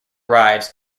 arrives